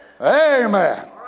Amen